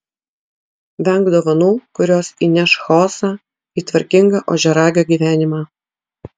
venk dovanų kurios įneš chaosą į tvarkingą ožiaragio gyvenimą